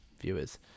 viewers